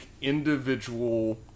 individual